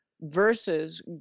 versus